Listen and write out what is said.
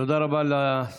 תודה רבה לשר